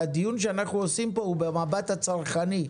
והדיון שאנחנו עושים פה הוא במבט הצרכני,